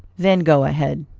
then go ahead.